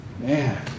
man